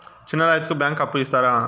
చిన్న రైతుకు బ్యాంకు అప్పు ఇస్తారా?